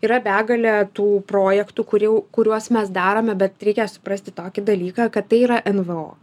yra begalė tų projektų kurių kuriuos mes darome bet reikia suprasti tokį dalyką kad tai yra nvo